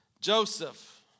Joseph